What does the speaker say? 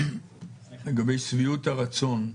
לגבי שביעות הרצון,